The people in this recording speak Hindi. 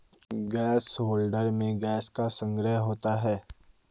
गैस होल्डर में गैस का संग्रहण होता है